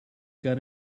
got